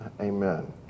Amen